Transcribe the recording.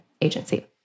agency